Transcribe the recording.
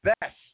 best